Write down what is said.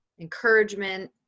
encouragement